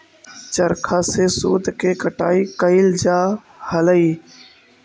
चरखा से सूत के कटाई कैइल जा हलई